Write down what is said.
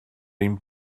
ein